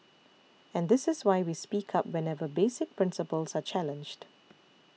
and this is why we speak up whenever basic principles are challenged